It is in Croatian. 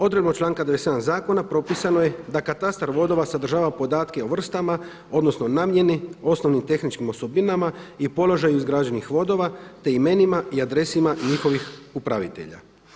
Odredbom članka 97. zakona propisano je da katastar vodova sadržava podatke o vrstama, odnosno namjeni, osnovnim tehničkim osobinama i položaju izgrađenih vodova te imenima i adresama njihovih upravitelja.